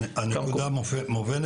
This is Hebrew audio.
הנקודה מובנת.